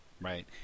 Right